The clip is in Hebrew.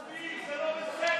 38 מתנגדים, 15 תומכים.